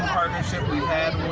partnership we've had